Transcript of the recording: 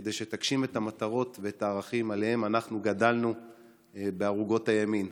כדי שתגשים את המטרות ואת הערכים שעליהם אנחנו גדלנו בערוגות הימין.